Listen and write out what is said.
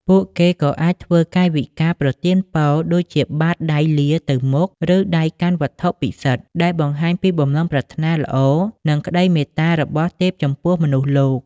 ពួកគេក៏អាច ធ្វើកាយវិការប្រទានពរ ដូចជាបាតដៃលាទៅមុខ ឬដៃកាន់វត្ថុពិសិដ្ឋ ដែលបង្ហាញពីបំណងប្រាថ្នាល្អ និងក្ដីមេត្តារបស់ទេពចំពោះមនុស្សលោក។